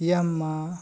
Yamaha